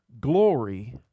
glory